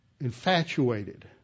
infatuated